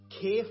care